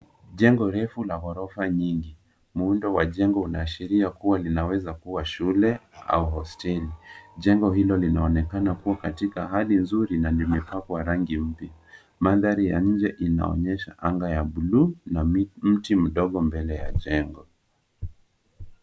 Jengo refu la ghorofa nyingi. Muundo wa jengo unaashiria kuwa inaweza kuwa shule au hosteli. Jengo hilo linaonekana kuwa katika hali nzuri na limepakwa rangi mpya. Mandhari ya nje inaonyesha anga ya buluu na mti mdogo mbele ya jengo.